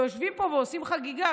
יושבים פה ועושים חגיגה.